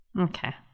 Okay